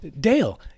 Dale